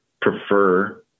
prefer